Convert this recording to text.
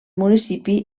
municipi